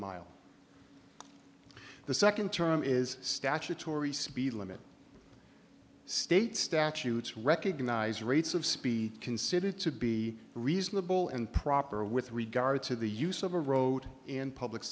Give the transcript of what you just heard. mile the second term is statutory speed limit state statutes recognize rates of speed considered to be reasonable and proper with regard to the use of a road in public